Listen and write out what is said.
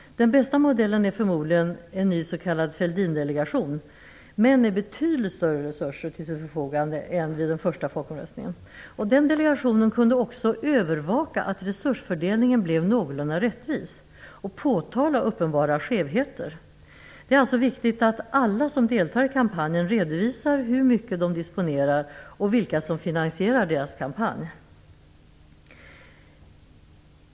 Den bästa modellen är förmodligen en ny s.k. Fälldindelegation, men med betydligt större resurser till sitt förfogande än vid den första folkomröstningen. Den delegationen kunde också övervaka att resursfördelningen blev någorlunda rättvis och påtala uppenbara skevheter. Det är alltså viktigt att alla som deltar i kampanjen redovisar hur mycket de disponerar och vilka som finansierar deras kampanj.